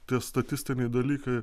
tie statistiniai dalykai